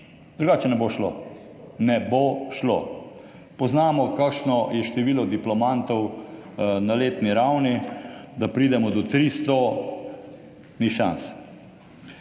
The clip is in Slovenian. Drugače ne bo šlo, ne bo šlo. Vemo, kakšno je število diplomantov na letni ravni, da pridemo do 300, ni šans.